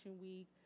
Week